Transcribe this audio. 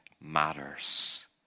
matters